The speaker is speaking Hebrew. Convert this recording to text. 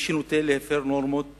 מי שנוטה להפר נורמות